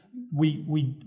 we, we,